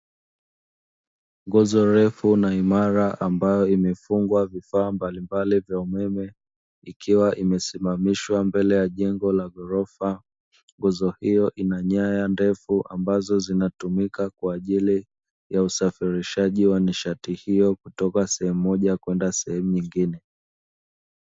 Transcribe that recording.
Nguzo refu na imara ambayo imefungwa vifaa mbalimbali vya umeme, ikiwa imesimamishwa mbele ya jengo la ghorofa, nguzo hio ina nyaya ndefu, ambazo zinatumika kwa ajili ya usafirishaji wa nishati hio toka sehemu moja kwenda sehemu nyingine.